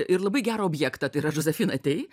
ir labai gerą objektą tai yra džozefina tei